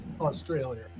Australia